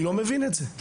אני לא מבין את זה.